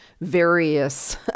various